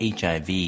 HIV